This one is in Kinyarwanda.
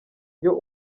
iyo